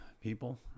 people